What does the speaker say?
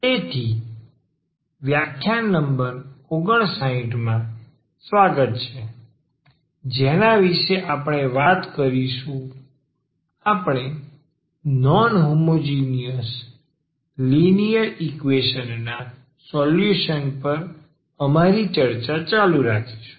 તેથી વ્યાખ્યાન નંબર 59 માં સ્વાગત છે જેના વિશે આપણે વાત કરીશું આપણે નોન હોમોજીનીયસ લિનિયર ઈકવેશન ના સોલ્યુશન પર અમારી ચર્ચા ચાલુ રાખીશું